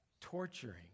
torturing